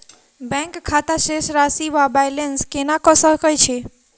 Bank खाता शेष राशि वा बैलेंस केना कऽ सकय छी?